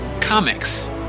comics